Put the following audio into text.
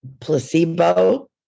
placebo